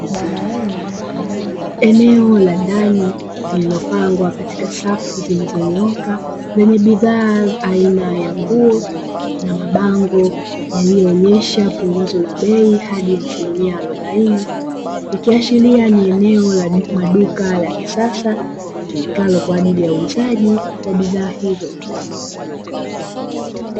Eneo la ndani lilopangwa katika safu zilizonyooka na ni bidhaa aina ya nguo na mabango yaliyoonesha punguzo la bei hadi asilimia arobaini, ikiashiria ni eneo la maduka la kisasa litumikalo kwa ajili ya uuzaji wa bidhaa hizo.